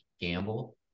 gamble